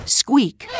squeak